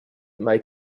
may